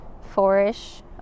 four-ish